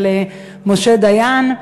של משה דיין.